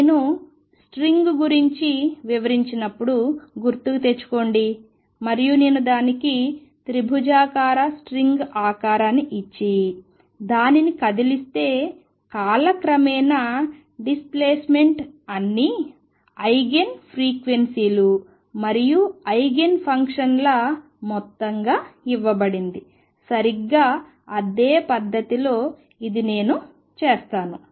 నేను స్ట్రింగ్ గురించి వివరించినప్పుడు గుర్తుకు తెచ్చుకోండి మరియు నేను దానికి త్రిభుజాకార స్ట్రింగ్ ఆకారాన్ని ఇచ్చి దానిని కదిలిస్తే కాలక్రమేణా డిస్ప్లేస్మెంట్ అన్ని ఐగెన్ ఫ్రీక్వెన్సీ లు మరియు ఐగెన్ ఫంక్షన్ల మొత్తంగా ఇవ్వబడింది సరిగ్గా అదే పద్ధతిలో ఇది నేను చేస్తాను